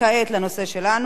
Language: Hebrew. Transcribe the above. כעת לנושא שלנו.